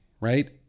right